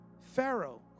Pharaoh